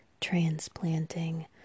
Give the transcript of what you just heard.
transplanting